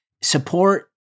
Support